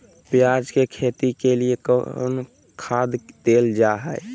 प्याज के खेती के लिए कौन खाद देल जा हाय?